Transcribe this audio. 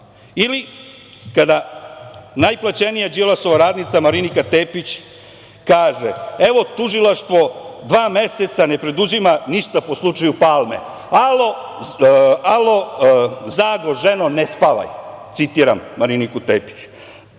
Ili kada najplaćenija Đilasova radnica Marinika Tepić kaže – evo, tužilaštvo dva meseca ne preduzima ništa po slučaju Palme. „Alo, Zago, ženo, ne spavaj“, citiram Mariniku Tepić.